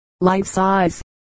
life-size